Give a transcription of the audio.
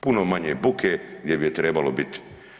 Puno manje buke gdje bi je trebalo biti.